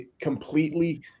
completely